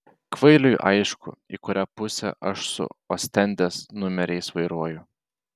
kvailiui aišku į kurią pusę aš su ostendės numeriais vairuoju